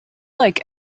like